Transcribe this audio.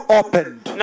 opened